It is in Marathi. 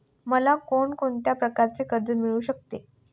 मला कोण कोणत्या प्रकारचे कर्ज मिळू शकते?